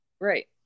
Right